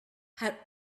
had